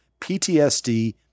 PTSD